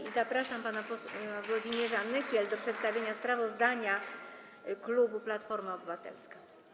I zapraszam pana posła Włodzimierza Nykiela do przedstawienia sprawozdania klubu Platforma Obywatelska.